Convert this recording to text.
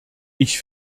ich